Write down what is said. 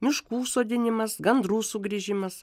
miškų sodinimas gandrų sugrįžimas